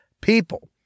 people